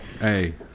hey